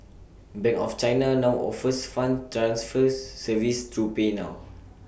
bank of China now offers funds transfers services through PayNow